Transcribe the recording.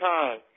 time